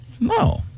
No